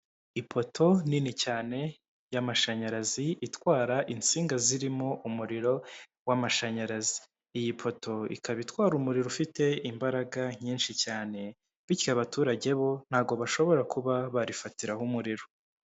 Ipoto nini cyane y'amashanyarazi itwara insinga zirimo umuriro w'amashanyarazi. Iyi poto ikaba itwara umuriro ufite imbaraga nyinshi cyane bityo abaturage bo ntabwo bashobora kuba barifatiraho umuriro.